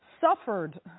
suffered